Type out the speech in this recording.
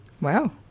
Wow